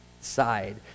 side